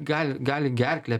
gali gali gerklę